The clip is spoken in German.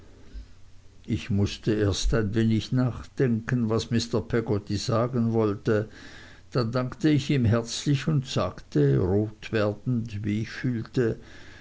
ich mußte erst ein wenig nachdenken was mr peggotty sagen wollte dann dankte ich ihm herzlich und sagte rot werdend wie ich fühlte